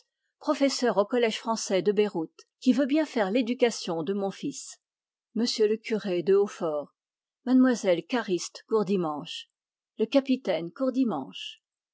professeur au collège français de beyrouth qui veut bien faire l'éducation de mon fils monsieur le curé de hautfort mademoiselle cariste courdimanche le capitaine courdimanche